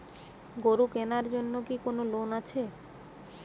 গরু কেনার জন্য কি কোন লোন আছে?